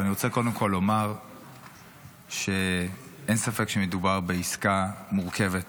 ואני רוצה קודם כול לומר שאין ספק שמדובר בעסקה מורכבת,